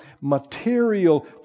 material